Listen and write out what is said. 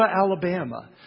Alabama